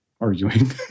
arguing